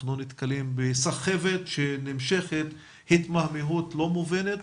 אנחנו נתקלים בסחבת שנמשכת, התמהמהות לא מובנת,